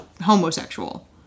homosexual